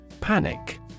Panic